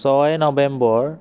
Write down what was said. ছয় নৱেম্বৰ